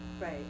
right